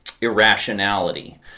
irrationality